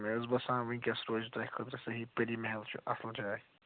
مےٚ حظ باسان ؤنکیس روزِ تۄہہِ خٲطرٕ صحیٖح پٕری محل چھُ اصل جاے